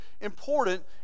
important